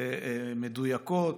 מדויקות,